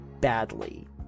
badly